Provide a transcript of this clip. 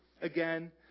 again